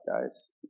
guys